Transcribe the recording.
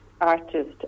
artist